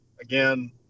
again